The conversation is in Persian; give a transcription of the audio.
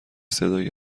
صدایی